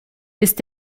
ist